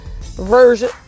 version